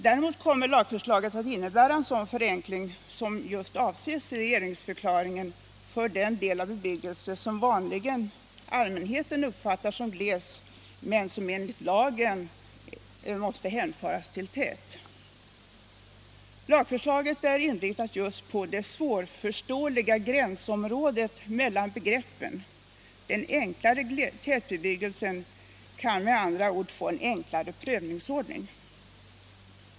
Däremot innebär lagförslaget en sådan förenkling som avses i regeringsförklaringen för den del av bebyggelsen som allmänheten vanligen uppfattar som glesbebyggelse men som enligt lagen måste hänföras till tätbebyggelse. Lagförslaget är inriktat just på det svårförståeliga gränsområdet mellan begreppen. Den enklare tätbebyggelsen kan med andra ord få en enklare prövningsordning.